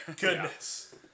Goodness